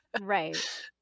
Right